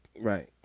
Right